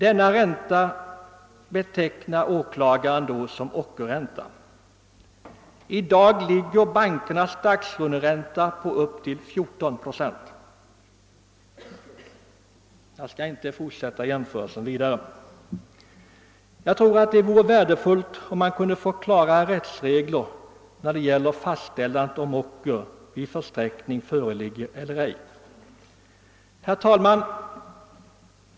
Denna ränta betecknade åklagaren som ockerränta. I dag ligger bankernas dagslåneränta på upp till 14 procent. Jag skall inte fortsätta jämförelsen. Jag tror att det vore värdefullt om man kunde få klarare rättsregler för att fastställa om ocker vid försträckning föreligger eller ej. Herr talman!